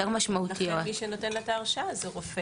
משמעותיות --- לכן מי שנותן את ההרשאה הוא רופא.